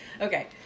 Okay